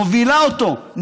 מובילה אותו,